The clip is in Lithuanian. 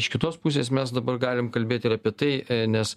iš kitos pusės mes dabar galim kalbėt ir apie tai nes